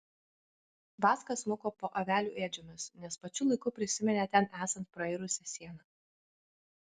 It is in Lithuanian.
vaska smuko po avelių ėdžiomis nes pačiu laiku prisiminė ten esant prairusią sieną